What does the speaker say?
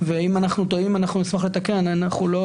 ואם אנחנו טועים אנחנו נשמח לתקן אנחנו לא